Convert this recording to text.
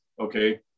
okay